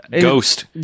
Ghost